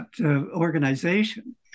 organization